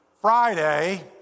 Friday